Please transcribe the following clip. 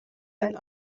ein